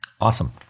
Awesome